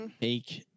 take